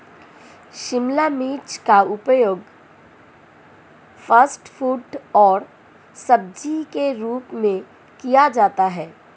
शिमला मिर्च का उपयोग फ़ास्ट फ़ूड और सब्जी के रूप में किया जाता है